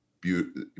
beautiful